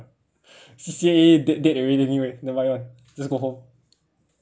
C_C_A dead dead already anyway never mind [one] just go home